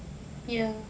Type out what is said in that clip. ya